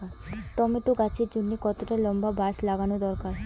Tomato গাছের জন্যে কতটা লম্বা বাস লাগানো দরকার?